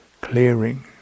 Clearing